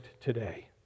today